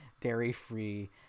dairy-free